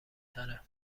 تره